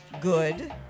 good